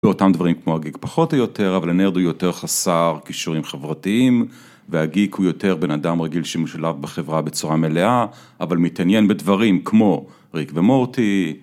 ‫באותם דברים כמו הגיק פחות או יותר, ‫אבל הנרד הוא יותר חסר ‫כישורים חברתיים, והגיק הוא יותר ‫בן אדם רגיל שמשולב בחברה בצורה מלאה, ‫אבל מתעניין בדברים ‫כמו ריק ומורטי.